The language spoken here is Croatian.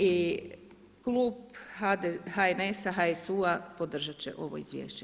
I klub HNS-a, HSU-a podržati će ovo izvješće.